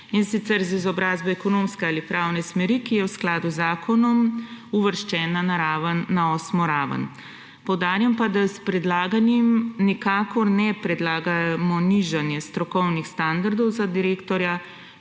in sicer z izobrazbo ekonomske ali pravne smeri, ki je v skladu z zakonom uvrščena na osmo raven. Poudarjam pa, da s predlaganim nikakor ne predlagamo nižanje strokovnih standardov za direktorja,